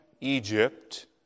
Egypt